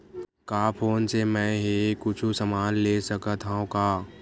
का फोन से मै हे कुछु समान ले सकत हाव का?